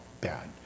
bad